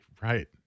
Right